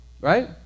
Right